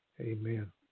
amen